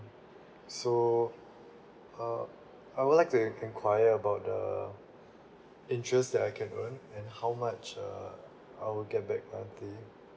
so ah I would like to en~ enquire about the interest that I can earn and how much err I will get back I think